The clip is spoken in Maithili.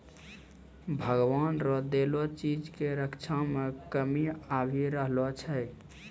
भगवान रो देलो चीज के रक्षा मे कमी आबी रहलो छै